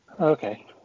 Okay